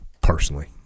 personally